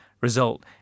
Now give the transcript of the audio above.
result